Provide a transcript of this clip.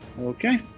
Okay